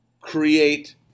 create